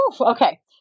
Okay